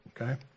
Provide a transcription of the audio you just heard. okay